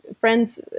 friends